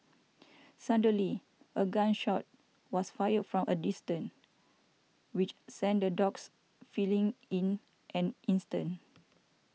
suddenly a gun shot was fired from a distance which sent the dogs fleeing in an instant